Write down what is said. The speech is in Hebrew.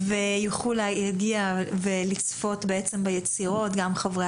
ויוכלו להגיע ולצפות בעצם ביצירות גם חברי